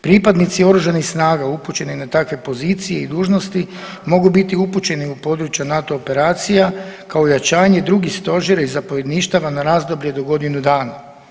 Pripadnici oružanih snaga upućeni na takve pozicije i dužnosti mogu biti upućeni u područja NATO operacija kao ojačanje drugih stožera i zapovjedništava na razdoblje do godine dana.